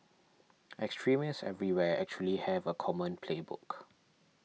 extremists everywhere actually have a common playbook